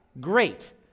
Great